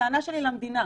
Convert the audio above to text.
הטענה שלי היא למדינה.